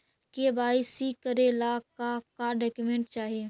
KYC करे ला का का डॉक्यूमेंट चाही?